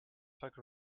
poke